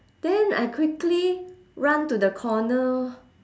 then I quickly run to the corner